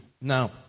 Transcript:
now